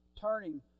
turning